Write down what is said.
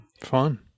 Fun